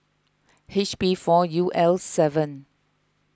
H B four U L seven